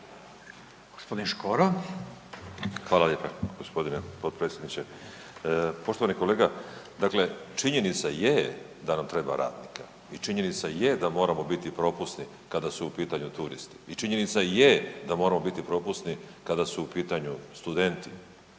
Hvala lijepa g. potpredsjedniče. Poštovani kolega, dakle činjenica je da nam treba radnika i činjenica je da moramo biti propusni kada su u pitanju turisti i činjenica je da moramo biti propusni kada su u pitanju studenti,